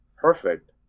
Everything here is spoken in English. Perfect